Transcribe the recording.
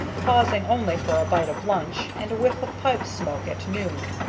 pausing only for a bite of lunch and a whiff of pipe-smoke at noon,